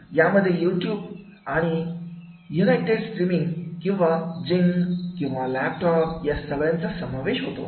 यामध्ये युट्युब किंवा united streaming किंवा जिंग किंवा लॅपटॉप या सगळ्यांचा समावेश होतो